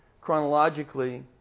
chronologically